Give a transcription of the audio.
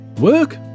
work